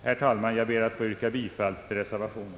Herr talman! Jag ber att få yrka bifall till reservationen.